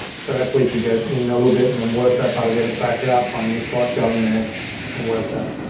so that's where you can get in a little bit and then work that part of the edit back out, find a new spot, go in there and work that.